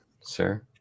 sir